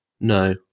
No